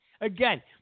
again